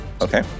Okay